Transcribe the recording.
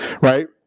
right